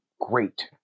great